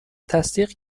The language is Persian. تصدیق